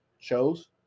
shows